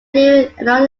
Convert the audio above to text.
different